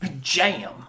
Jam